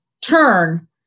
turn